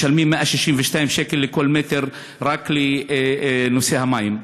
משלמים 162 שקלים לכל מטר רק לנושא המים.